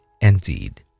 Indeed